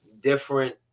different